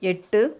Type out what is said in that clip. எட்டு